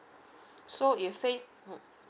so if phase mm